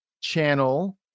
channel